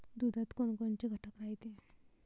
दुधात कोनकोनचे घटक रायते?